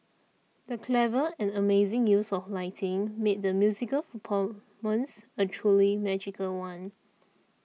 the clever and amazing use of lighting made the musical performance a truly magical one